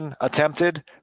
attempted